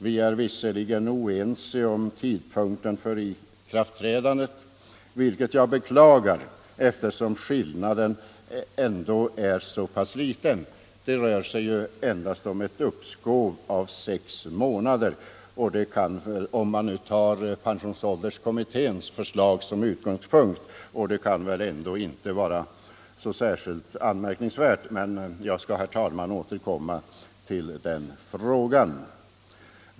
Vi är visserligen oense om tidpunkten för ikraftträdandet, vilket jag beklagar eftersom skillnaden ändå är så pass liten. Det rör sig ju endast om ett uppskov på sex månader, om man tar pensionsålderskommitténs förslag som utgångspunkt, och det kan väl ändå inte vara så särskilt anmärkningsvärt. Men jag skall, herr talman, återkomma till den frågan.